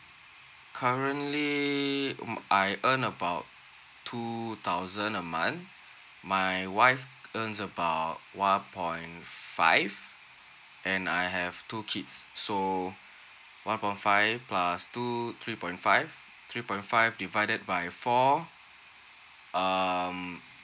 currently mm I earn about two thousand a month my wife earns about one point five and I have two kids so one point five plus two three point five three point five divided by four um